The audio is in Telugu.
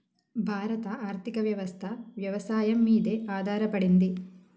భారత ఆర్థికవ్యవస్ఠ వ్యవసాయం మీదే ఆధారపడింది